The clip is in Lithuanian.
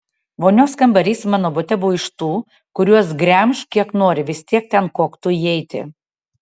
vonios kambarys mano bute buvo iš tų kuriuos gremžk kiek nori vis tiek ten koktu įeiti